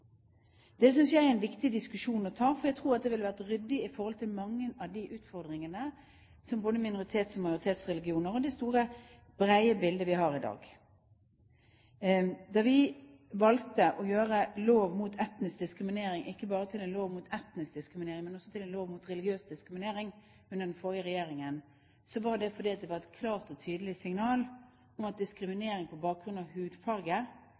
Det synes jeg er en viktig diskusjon å ta, for jeg tror at det ville vært ryddig i forhold til mange av de utfordringene som knytter seg til både minoritets- og majoritetsreligioner og det store, brede bildet vi har i dag. Da vi valgte å gjøre lov mot etnisk diskriminering ikke bare til en lov mot etnisk diskriminering, men også til en lov mot religiøs diskriminering, under den forrige regjeringen, var det fordi det var et klart og tydelig signal om at diskriminering på bakgrunn av hudfarge,